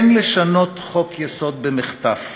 אין לשנות חוק-יסוד במחטף